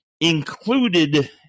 included